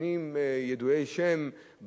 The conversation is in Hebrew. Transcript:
משפטנים ידועי שם,